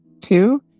Two